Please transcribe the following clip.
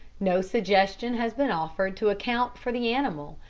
no suggestion has been offered to account for the animal,